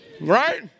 right